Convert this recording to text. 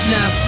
Now